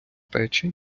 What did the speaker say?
печі